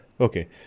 Okay